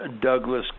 douglas